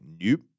Nope